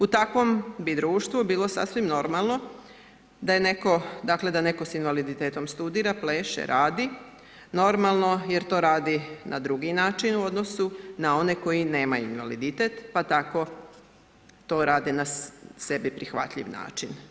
U takvom bi društvu bilo sasvim normalno da netko s invaliditetom studira, pleše, radi normalno jer to radi na drugi način u odnosu na one koji nemaju invaliditet pa tako to radi na sebi prihvatljiv način.